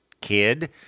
kid